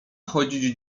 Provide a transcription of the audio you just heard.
chodzić